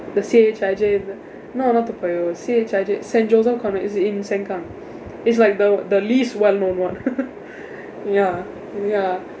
the C_H_I_J no not toa payoh C_H_I_J saint joseph convet it's in sengkang it's like though the the least well known [one] ya ya